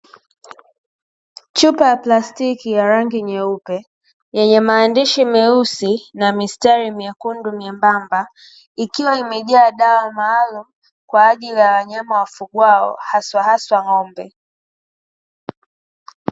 Chupa ya plastiki ya rangi nyeupe, yenye maandishi meusi na mistari myekundu myembamba, ikiwa imejaa dawa maalumu kwa ajili ya wanyama wafungwao haswa haswa ng'ombe.